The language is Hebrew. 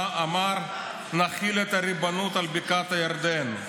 שבה אמר: נחיל את הריבונות על בקעת הירדן.